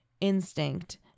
instinct